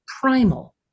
primal